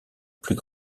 plus